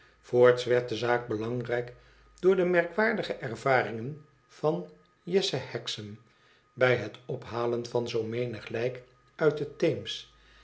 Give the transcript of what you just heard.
voorts werd de zaak belangrijk door de merkwaardige ervarigen van jesse hexam bij het ophalen van zoo menig lijk mt den theems